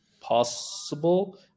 possible